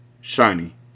shiny